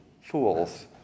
fools